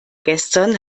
gestern